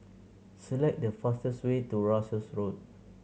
select the fastest way to Russels Road